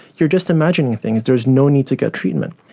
you're just imagining things, there is no need to get treatment.